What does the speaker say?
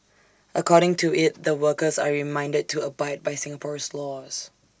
according to IT the workers are reminded to abide by Singapore's laws